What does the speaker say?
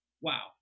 wow